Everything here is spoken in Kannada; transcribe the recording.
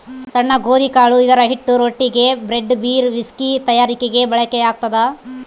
ಸಣ್ಣ ಗೋಧಿಕಾಳು ಇದರಹಿಟ್ಟು ರೊಟ್ಟಿಗೆ, ಬ್ರೆಡ್, ಬೀರ್, ವಿಸ್ಕಿ ತಯಾರಿಕೆಗೆ ಬಳಕೆಯಾಗ್ತದ